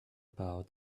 about